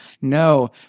No